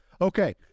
Okay